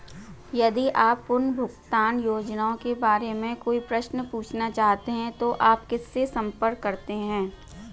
यदि आप पुनर्भुगतान योजनाओं के बारे में कोई प्रश्न पूछना चाहते हैं तो आप किससे संपर्क करते हैं?